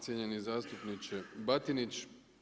Cijenjeni zastupniče Batinić.